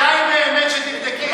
כדאי באמת שתבדקי.